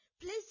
please